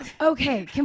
Okay